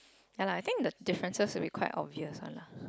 and I think the differences will be quite obvious one lah